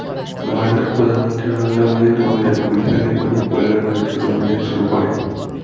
ভারতের প্রধানমন্ত্রী নরেন্দ্র মোদি দুহাজার কুড়ি সালে গরিব কল্যাণ রোজগার অভিযান শুরু করেন